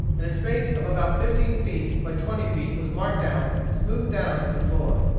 and a space of about fifteen feet by twenty feet was marked out and smoothed down for the floor.